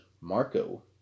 Marco